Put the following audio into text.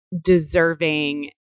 deserving